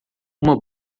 uma